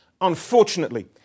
Unfortunately